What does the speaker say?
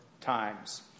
Times